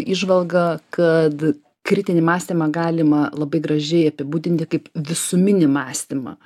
įžvalgą kad kritinį mąstymą galima labai gražiai apibūdinti kaip visuminį mąstymą